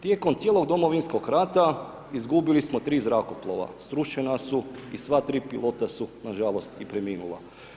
Tijekom cijelog Domovinskog rata, izgubili smo 3 zrakoplova, srušena su i sva 3 pilot su nažalost i preminula.